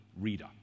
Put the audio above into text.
reader